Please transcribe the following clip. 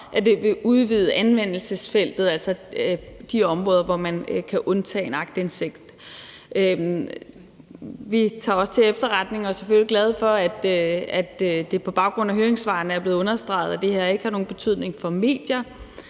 at det vil udvide anvendelsesfeltet, altså de områder, hvor man kan undtage fra retten til aktindsigt. Vi tager også til efterretning og er selvfølgelig glade for, at det på baggrund af høringssvarene er blevet understreget, at det her ikke har nogen betydning for medier